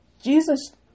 Jesus